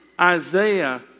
Isaiah